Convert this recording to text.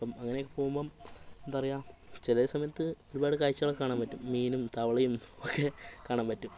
അപ്പം അങ്ങനെയൊക്കെ പോവുമ്പം എന്താ പറയുക ചിലസമയത്ത് ഒരുപാട് കാഴ്ച്ചകളൊക്കെ കാണാൻ പറ്റും മീനും തവളയും ഒക്കെ കാണാൻ പറ്റും